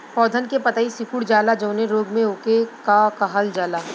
पौधन के पतयी सीकुड़ जाला जवने रोग में वोके का कहल जाला?